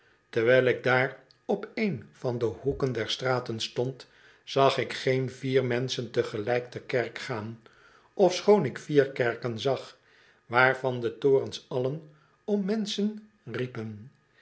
terwijl ik daar op een van de hoeken der straten stond zag ik geen vier menschen te gelijk ter kerk gaan ofschoon ik vier kerken zag waarvan de torens allen om menschen riepen